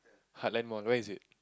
Heartland Mall where is it